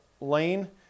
lane